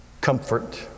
comfort